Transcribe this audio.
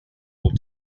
will